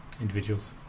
individuals